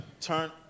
turn